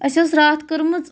اَسہِ ٲس راتھ کٔرمٕژ